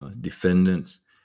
defendants